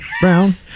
brown